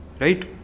right